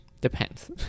depends